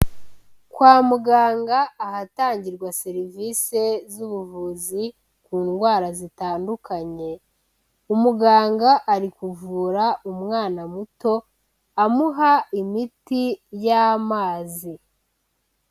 Kwa muganga ahatangirwa serivisi z'ubuvuzi ku ndwara zitandukanye, umuganga ari kuvura umwana muto, amuha imiti y'amazi.